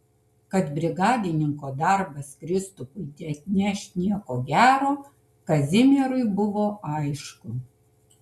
kad brigadininko darbas kristupui neatneš nieko gero kazimierui buvo aišku